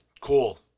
cool